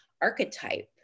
archetype